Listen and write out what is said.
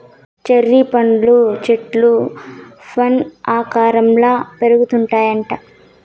cherry పండ్ల చెట్లు fan ఆకారంల పెరుగుతాయిట